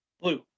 Blue